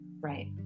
right